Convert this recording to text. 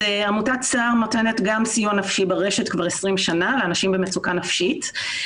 עמותת סה"ר נותנת גם סיוע נפשי ברשת כבר 20 שנה לאנשים במצוקה נפשית.